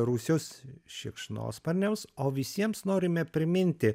rūsius šikšnosparniams o visiems norime priminti